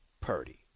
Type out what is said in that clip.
Purdy